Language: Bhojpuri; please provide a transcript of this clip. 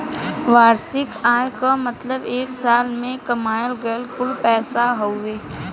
वार्षिक आय क मतलब एक साल में कमायल गयल कुल पैसा हउवे